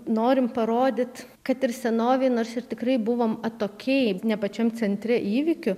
norim parodyt kad ir senovėj nors ir tikrai buvom atokiai ne pačiam centre įvykių